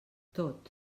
tot